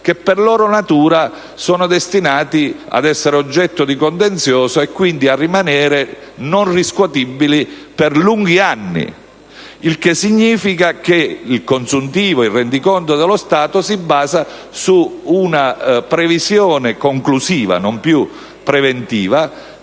che per loro natura sono destinati ad essere oggetto di contenzioso e quindi a rimanere non riscuotibili per lunghi anni. Il che significa che il consuntivo, il rendiconto dello Stato, si basa su una previsione conclusiva, non più preventiva,